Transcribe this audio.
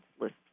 list